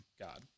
God